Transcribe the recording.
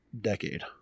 decade